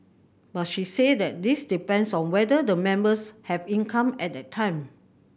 but she said that this depends on whether the members have income at that time